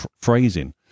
phrasing